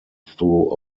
through